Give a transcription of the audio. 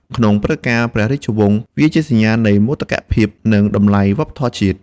ក្នុងព្រឹត្តិការណ៍ព្រះរាជវង្ស វាជាសញ្ញានៃមោទកភាព និងតម្លៃវប្បធម៌ជាតិ។